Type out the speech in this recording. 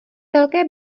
velké